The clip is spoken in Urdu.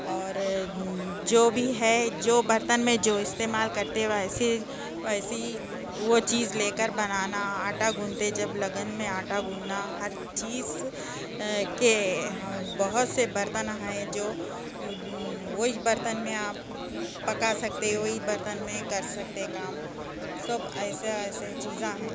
اور جو بھی ہے جو برتن میں جو استعمال کرتے ویسے ویسی وہ چیز لے کر بنانا آٹا گوندتے جب لگن میں آٹا گوندنا ہر چیز کے بہت سے برتن ہیں جو وہی برتن میں آپ پکا سکتے وہی برتن میں کر سکتے کام سب ایسے ایسے چیزاں ہیں